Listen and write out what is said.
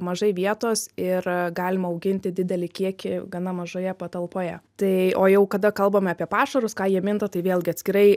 mažai vietos ir galima auginti didelį kiekį gana mažoje patalpoje tai o jau kada kalbame apie pašarus ką jie minta tai vėlgi atskirai